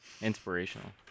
inspirational